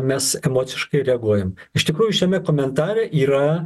mes emociškai reaguojam iš tikrųjų šiame komentare yra